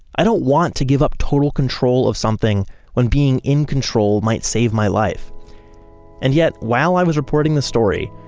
i don't want to give up total control of something when being in control might save my life and yet while i was reporting this story,